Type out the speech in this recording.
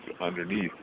underneath